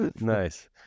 Nice